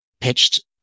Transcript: pitched